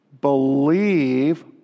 Believe